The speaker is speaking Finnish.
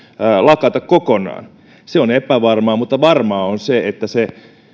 lakata kokonaan se on epävarmaa mutta varmaa on se että se